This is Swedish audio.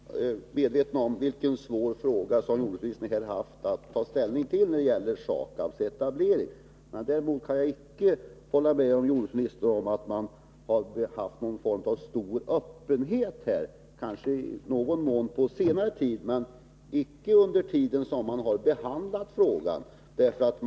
Fru talman! Jag är medveten om vilken svår fråga jordbruksministern haft att ta ställning till när det gäller SAKAB:s etablering. Däremot kan jag inte hålla med om att det visats stor öppenhet — kanske i någon mån på senare tid, men inte under den tid som frågan behandlades.